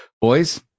Boys